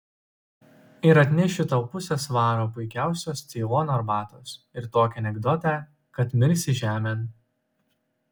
ir atnešiu tau pusę svaro puikiausios ceilono arbatos ir tokį anekdotą kad mirsi žemėn